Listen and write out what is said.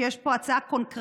כי יש פה הצעה קונקרטית: